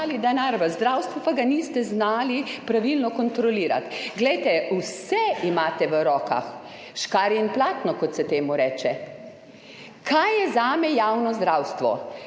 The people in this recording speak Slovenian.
ga niste znali pravilno kontrolirati. Vse imate v rokah, škarje in platno, kot se temu reče. Kaj je zame javno zdravstvo?